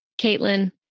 Caitlin